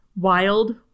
Wild